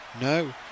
No